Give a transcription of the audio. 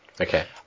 Okay